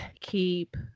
keep